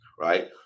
Right